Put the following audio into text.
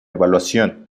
elevación